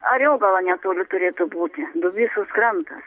ariogala netoli turėtų būti dubysos krantas